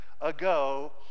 Ago